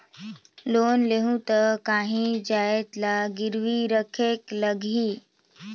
Loan लेहूं ता काहीं जाएत ला गिरवी रखेक लगही?